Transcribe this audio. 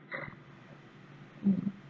mm